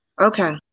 Okay